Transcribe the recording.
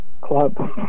Club